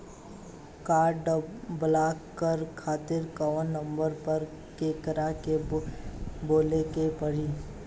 Card block करे खातिर कवना नंबर पर केकरा के बोले के परी?